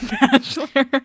bachelor